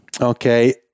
Okay